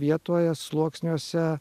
vietoje sluoksniuose